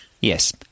Yes